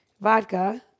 vodka